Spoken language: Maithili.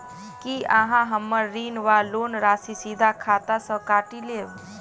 की अहाँ हम्मर ऋण वा लोन राशि सीधा खाता सँ काटि लेबऽ?